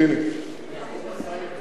אבל הברית בינינו היא עמוקה ומוצקה.